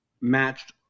matched